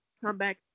comeback